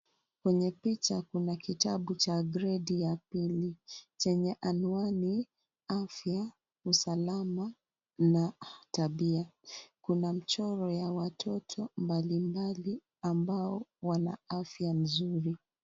Kwenye picha kuna kitabu cha gredi ya pili chenye anwani, afya, usalama na tabia .Kuna michoro ya watoto mbali mbali ambao wana afya nzuri.